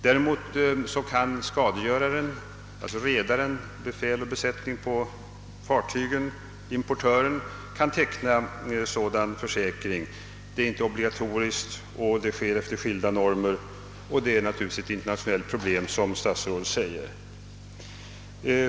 Däremot kan skadegöraren, alltså redaren, befäl och besättning på fartygen elier importören teckna sådan försäkring. Det är inte obligatoriskt och det sker efter skilda normer, och det är naturligtvis, som statsrådet säger, ett internationellt problem.